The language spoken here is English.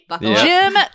Jim